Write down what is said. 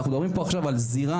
אנחנו מדברים פה עכשיו על זירה,